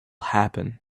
happen